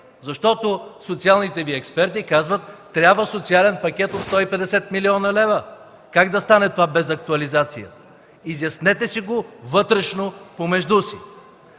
защото социалните Ви експерти казват: „Трябва социален пакет от 150 млн. лв.”. Как да стане това без актуализация? Изяснете си го вътрешно помежду си.